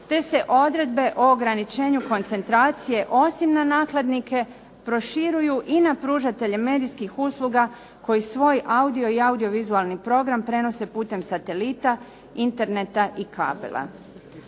te se odredbe o ograničenju koncentracije osim na nakladnike proširuju i na pružatelje medijskih usluga koji svoj audio i audio-vizualni program prenose putem satelita, interneta i kabela.